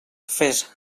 fes